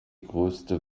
größte